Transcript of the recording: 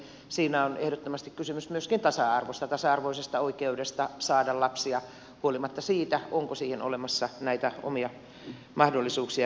siinä on ehdottomasti kysymys myöskin tasa arvosta tasa arvoisesta oikeudesta saada lapsia huolimatta siitä onko siihen olemassa näitä omia mahdollisuuksia vai ei